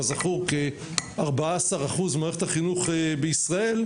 כזכור כ-14% ממערכת החינוך בישראל,